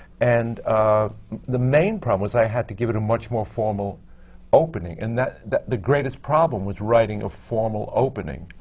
and the main problem was, i had to give it a much more formal opening. and the the greatest problem was writing a formal opening,